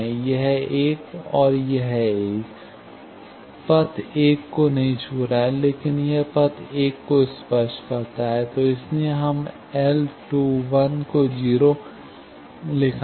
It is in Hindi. यह एक और यह एक पथ 1 को नहीं छू रहा है लेकिन यह पथ 1 को स्पर्श करता है तो इसीलिए हमने L को 0 लिखा है